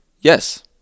Yes